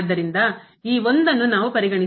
ಆದ್ದರಿಂದ ಈ 1 ಅನ್ನು ನಾವು ಪರಿಗಣಿಸೋಣ